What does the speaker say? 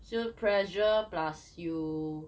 就是 pressure plus you